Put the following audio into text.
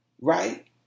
right